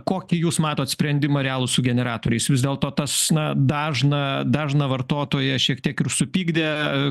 kokį jūs matot sprendimą realų su generatoriais vis dėlto tas na dažną dažną vartotoją šiek tiek ir supykdė